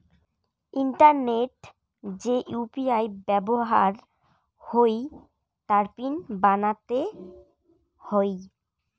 ইন্টারনেটে যে ইউ.পি.আই ব্যাবহার হই তার পিন বানাতে হই